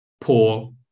poor